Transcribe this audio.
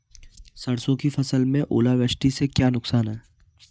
सरसों की फसल में ओलावृष्टि से क्या नुकसान है?